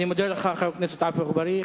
אני מודה לך, חבר הכנסת עפו אגבאריה.